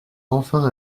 enfin